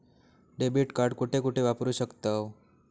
Debit card कुठे कुठे वापरू शकतव?